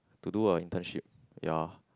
to do a internship ya